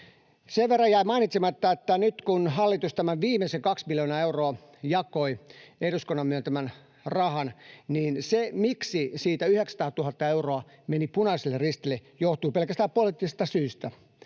Sen verran jäi mainitsematta, että nyt, kun hallitus jakoi tämän viimeisen 2 miljoonaa euroa, eduskunnan myöntämän rahan, niin se, miksi siitä 900 000 euroa meni Punaiselle Ristille, johtuu pelkästään poliittisesta syystä.